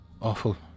awful